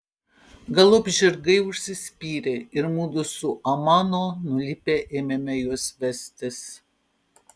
galop žirgai užsispyrė ir mudu su amano nulipę ėmėme juos vestis